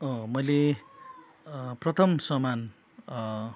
मैले प्रथम सामान